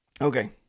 Okay